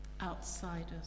outsiders